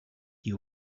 you